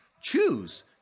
choose